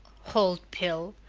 old pill!